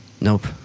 Nope